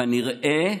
כנראה,